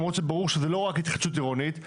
למרות שברור שזו לא רק התחדשות עירונית,